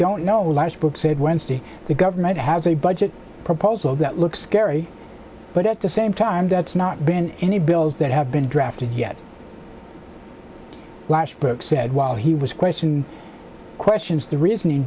don't know the last book said wednesday the government has a budget proposal that looks scary but at the same time that's not been any bills that have been drafted yet last brooks said while he was questioned questions the reasoning